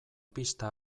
pista